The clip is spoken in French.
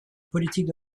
politique